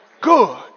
good